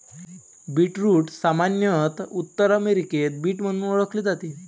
beetroot सामान्यत उत्तर अमेरिकेत बीट म्हणून ओळखले जाते